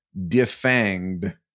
Defanged